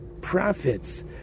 prophets